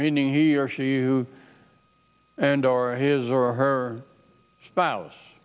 meaning he or she you and or his or her spouse